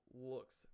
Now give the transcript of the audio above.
looks